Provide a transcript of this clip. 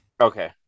okay